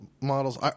models